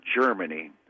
Germany